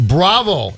Bravo